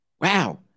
wow